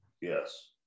yes